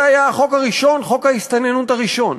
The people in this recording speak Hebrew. זה היה החוק הראשון, חוק ההסתננות הראשון.